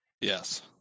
yes